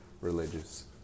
religious